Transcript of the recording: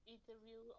interview